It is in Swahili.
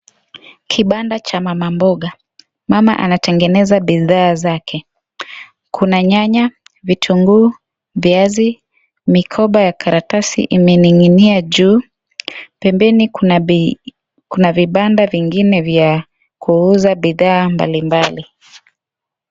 Kibanda cha mama mboga, mama anatengeneza bidhaa zake kuna nyanya , vitunguu, viazi mikoba ya karatasi imeninginia juu , pembeni kuna vibanda vingine vya kuuza bidhaa mbalimbali.